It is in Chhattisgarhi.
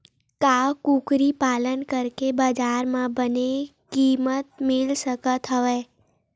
का कुकरी पालन करके बजार म बने किमत मिल सकत हवय?